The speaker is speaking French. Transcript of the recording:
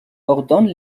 ordonne